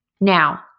Now